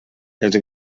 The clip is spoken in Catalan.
els